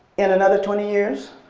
in another twenty years